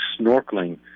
snorkeling